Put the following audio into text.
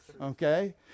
Okay